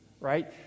right